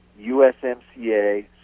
USMCA